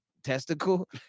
testicle